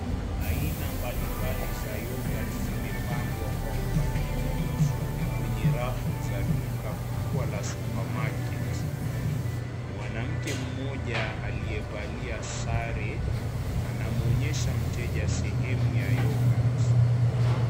Aina mbalimbali za yoghurt zimepangwa kwa mpangiilio mzuri kwenye rafu za duka kubwa la super market . Mwanamke mmoja aliyevalia sare anamwonyesha mteja sehemu ya [ cs] yoghurt .